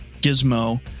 Gizmo